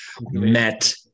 met